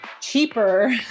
cheaper